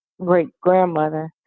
great-grandmother